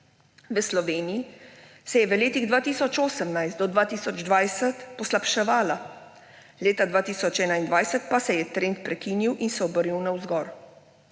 V Sloveniji se je v letih 2018 do 2020 poslabševala, leta 2021 pa se je trend prekinil in se obrnil navzgor.